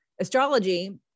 Astrology